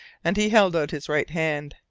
and he held out his right hand.